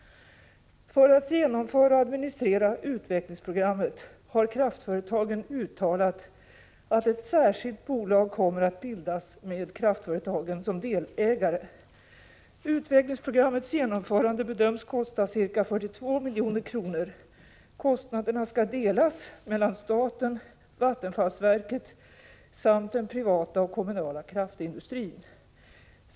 För att genomföra och administrera utvecklingsprogrammet har kraftföretagen uttalat att ett särskilt bolag kommer att bildas med kraftföretagen som delägare. Utvecklingsprogrammets genomförande bedöms kosta ca 42 milj.kr. Kostnaderna skall delas mellan staten, vattenfallsverket samt den privata och kommunala kraftindustrin.